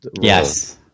Yes